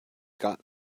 got